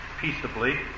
peaceably